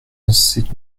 c’est